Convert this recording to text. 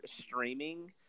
streaming